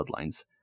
bloodlines